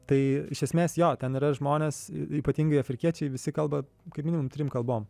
tai iš esmės jo ten yra žmonės ypatingai afrikiečiai visi kalba kaip minimum trim kalbom